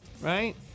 right